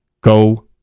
go